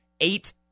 eight